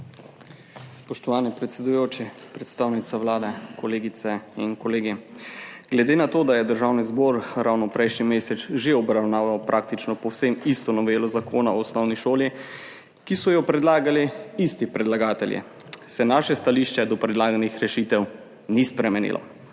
Spoštovani predsedujoči, predstavnica Vlade, kolegice in kolegi! Glede na to, da je Državni zbor ravno prejšnji mesec že obravnaval praktično povsem isto novelo Zakona o osnovni šoli, ki so jo predlagali isti predlagatelji, se naše stališče do predlaganih rešitev ni spremenilo.